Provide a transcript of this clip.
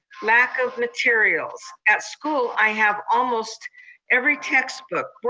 lack of materials. at school, i have almost every textbook,